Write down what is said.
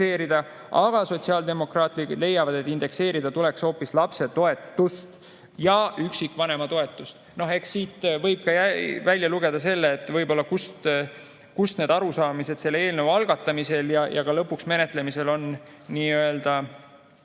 aga sotsiaaldemokraadid leiavad, et indekseerida tuleks lapsetoetust ja üksikvanema toetust. Eks siit võib ka välja lugeda selle, kust need arusaamised selle eelnõu algatamisel ja lõpuks ka menetlemisel on eraldi